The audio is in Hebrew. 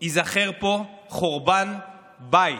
ייזכר פה חורבן בית.